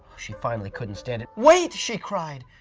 she finally couldn't stand it. wait! she cried.